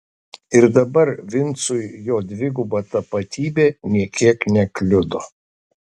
ir dabar vincui jo dviguba tapatybė nė kiek nekliudo